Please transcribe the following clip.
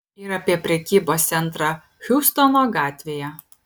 ir apie prekybos centrą hjustono gatvėje